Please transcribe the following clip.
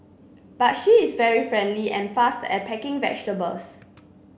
but she is very friendly and fast at packing vegetables